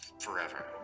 forever